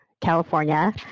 California